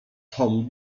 tom